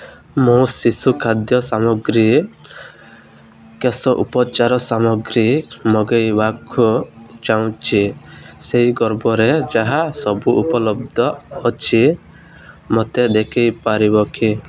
ମୁଁ ଶିଶୁ ଖାଦ୍ୟ ସାମଗ୍ରୀ କେଶ ଉପଚାର ସାମଗ୍ରୀ ମଗାଇବାକୁ ଚାହୁଁଛି ସେହି ବର୍ଗରେ ଯାହା ସବୁ ଉପଲବ୍ଧ ଅଛି ମୋତେ ଦେଖାଇପାରିବେ କି